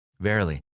Verily